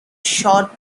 short